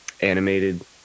animated